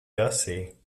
gussie